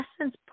essence